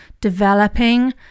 developing